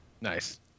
Nice